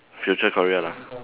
future career lah